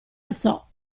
alzò